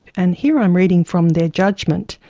and here i am reading from their judgement.